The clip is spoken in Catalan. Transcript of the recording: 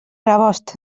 rebost